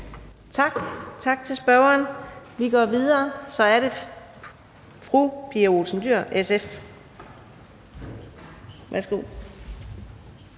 Tak til spørgeren. Vi går videre, og så er det fru Pia Olsen Dyhr, SF.